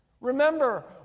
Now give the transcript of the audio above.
Remember